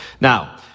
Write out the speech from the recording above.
Now